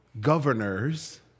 governors